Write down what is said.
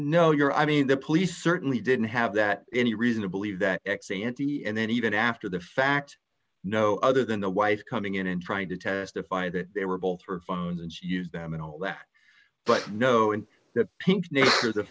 no you're i mean the police certainly didn't have that any reason to believe that ex ante and then even after the fact no other than the wife coming in and trying to testify that they were both her phones and used them and all that but no in th